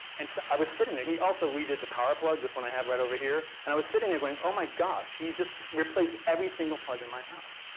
and i was sitting there. and he also re-did the power plug. this one i have right over here. and i was sitting there going oh my gosh. he's just replaced every single plug in my house.